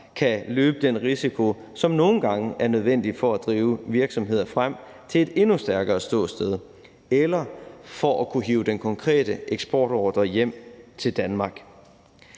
kan løbe den risiko, som nogle gange er nødvendig for at drive virksomheder frem til et endnu stærkere ståsted, eller for at kunne hive den konkrete eksportordre hjem til Danmark.